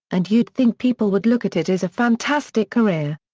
and you'd think people would look at it as a fantastic career.